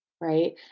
right